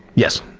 yes.